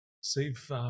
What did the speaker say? Save